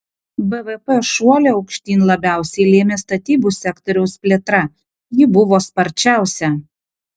bvp šuolį aukštyn labiausiai lėmė statybų sektoriaus plėtra ji buvo sparčiausia